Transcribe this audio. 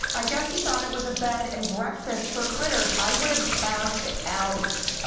i guess she thought it was a bed-and-breakfast for critters. i would have passed out,